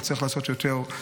וצריך לעשות יותר.